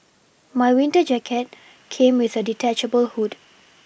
my winter jacket came with a detachable hood